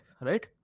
right